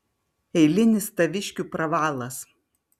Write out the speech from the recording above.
eilinis taviškių pravalas